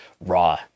raw